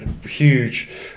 huge